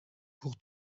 pour